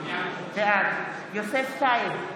בעד יוסף טייב,